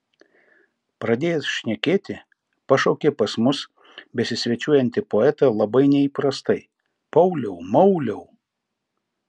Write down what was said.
pradėjęs šnekėti pašaukė pas mus besisvečiuojantį poetą labai neįprastai pauliau mauliau